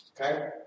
Okay